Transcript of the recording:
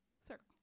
circle